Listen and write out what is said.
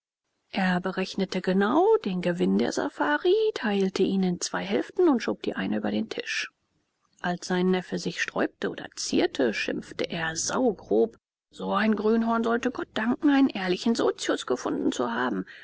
er berechnete genau den gewinn der safari teilte ihn in zwei hälften und schob die eine über den tisch als sein neffe sich sträubte oder zierte schimpfte er saugrob so ein grünhorn sollte gott danken einen ehrlichen sozius gefunden zu haben